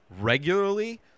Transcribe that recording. regularly